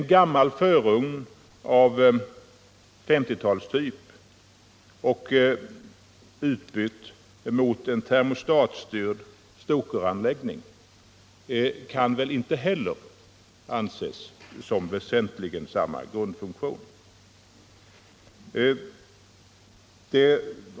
En gammal förugn av 1950-talstyp och en termostatstyrd stokeranläggning kan väl inte heller anses ha väsentligen samma grundfunktion.